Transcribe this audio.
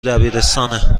دبیرستانه